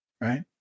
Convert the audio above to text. right